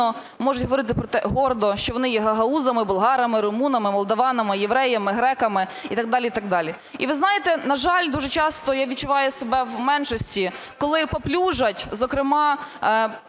можуть говорити про те гордо, що вони є гагаузами, болгарами, румунами, молдаванами, євреями, греками і так далі, так далі. І, ви знаєте, на жаль, дуже часто я відчуваю себе в меншості, коли паплюжать зокрема